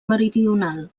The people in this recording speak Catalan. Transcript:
meridional